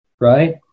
right